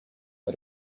but